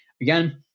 Again